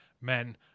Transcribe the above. men